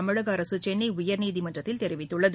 தமிழக அரசு சென்னை உயர்நீதிமன்றத்தில் தெரிவித்துள்ளது